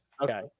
Okay